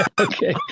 okay